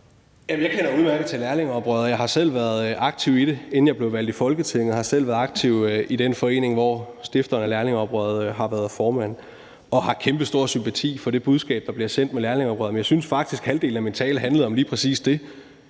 Jeg kender udmærket til lærlingeoprøret, og jeg har selv været aktiv i det, inden jeg blev valgt til Folketinget. Jeg har selv været aktiv i den forening, hvor stifteren af lærlingeoprøret har været formand, og har kæmpestor sympati for det budskab, der bliver sendt med lærlingeoprøret. Men jeg synes faktisk, at halvdelen af min tale handlede om lige præcis det: